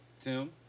Tim